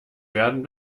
werden